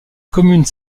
commune